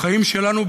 החיים שלנו,